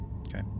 Okay